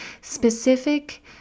specific